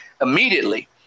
immediately